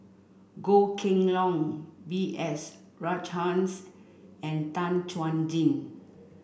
Goh Kheng Long B S Rajhans and Tan Chuan Jin